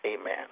Amen